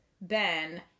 Ben